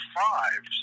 five